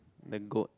then goat